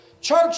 church